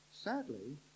Sadly